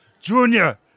Junior